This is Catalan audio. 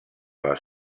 les